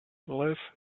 live